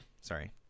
sorry